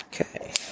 Okay